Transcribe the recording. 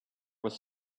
was